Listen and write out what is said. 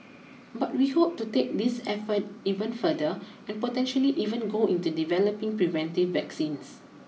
but we hope to take these efforts even further and potentially even go into developing preventive vaccines